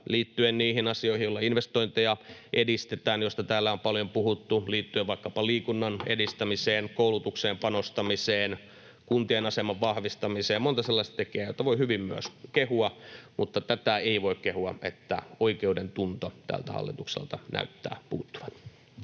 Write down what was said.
liittyen niihin asioihin, joilla investointeja edistetään ja joista täällä on paljon puhuttu, liittyen vaikkapa liikunnan edistämiseen, koulutukseen panostamiseen, kuntien aseman vahvistamiseen. On monta sellaista tekijää, joita voi hyvin myös kehua, mutta tätä ei voi kehua, että oikeudentunto tältä hallitukselta näyttää puuttuvan.